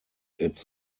its